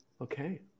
Okay